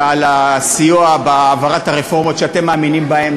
על הסיוע בהעברת הרפורמות שאתם מאמינים בהן.